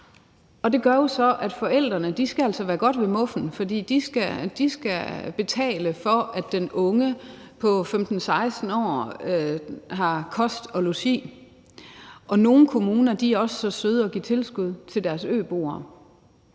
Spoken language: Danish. og det gør så, at forældrene altså skal være godt ved muffen, for de skal betale for, at den unge på 15-16 år får kost og logi. Nogle kommuner er også så søde at give tilskud til deres øboere,